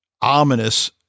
ominous